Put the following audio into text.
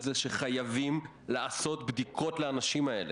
זה שחייבים לעשות בדיקות לאנשים האלה,